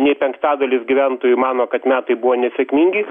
nei penktadalis gyventojų mano kad metai buvo nesėkmingi